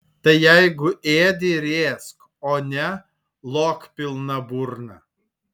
tai jeigu ėdi ir ėsk o ne lok pilna burna